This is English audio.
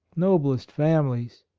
noblest families,